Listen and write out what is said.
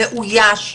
מאויש,